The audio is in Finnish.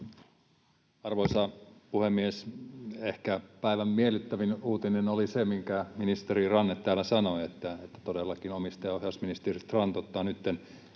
Arvoisa puhemies! Ehkä päivän miellyttävin uutinen oli se, minkä ministeri Ranne täällä sanoi, että todellakin omistajaohjausministeri Strand ottaa nytten